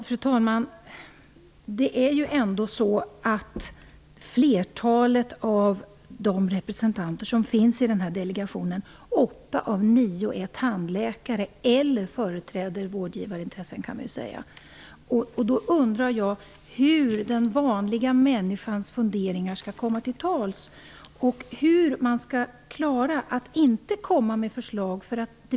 Fru talman! Man kan säga att flertalet av de representanter som finns i denna delegationen -- åtta av nio -- ändå är tandläkare eller företräder vårdgivarintressen. Jag undrar hur den vanliga människans funderingar skall komma fram och hur det skall gå när man inte kan komma med förslag.